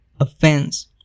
offense